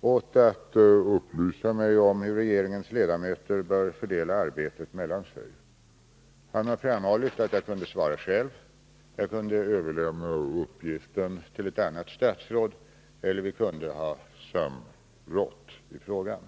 åt att upplysa mig om hur regeringens ledamöter bör fördela arbetet mellan sig. Han har framhållit att jag kunde svara själv, jag kunde överlåta uppgiften till ett annat statsråd eller vi kunde ha samråd i frågan.